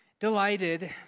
delighted